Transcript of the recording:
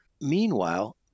Meanwhile